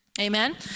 Amen